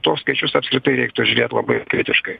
tuos skaičius apskritai reiktų žiūrėt labai kritiškai